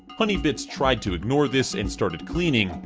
honeybits tried to ignore this and started cleaning.